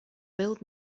build